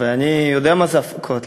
ואני יודע מה זה הפקות.